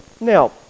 Now